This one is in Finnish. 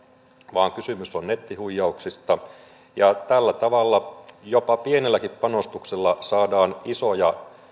vaan kysymys on nettihuijauksista tällä tavalla jopa pienelläkin panostuksella saadaan isoja